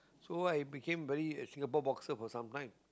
so I became very a Singapore boxer for sometime